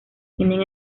tienen